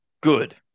good